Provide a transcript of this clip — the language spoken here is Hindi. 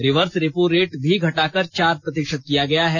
रिवर्स रेपो रेट भी घटाकर चार प्रतिषत किया गया है